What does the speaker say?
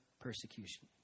persecution